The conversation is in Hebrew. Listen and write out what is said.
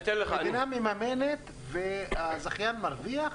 המדינה מממנת והזכיין מרוויח?